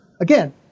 again